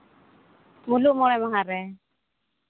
ᱢᱩᱞᱩᱜ ᱢᱚᱬᱮ ᱢᱟᱦᱟᱨᱮ